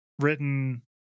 written